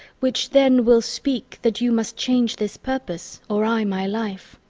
which then will speak, that you must change this purpose, or i my life.